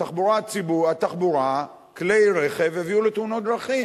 התחבורה, כלי רכב הביאו לתאונות דרכים.